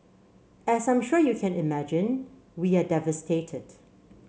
as I'm sure you can imagine we are devastated